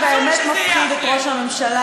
זה מה שבאמת מפחיד את ראש הממשלה,